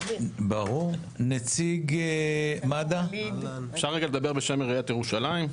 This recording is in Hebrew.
אפשר רגע לדבר בשם עיריית ירושלים?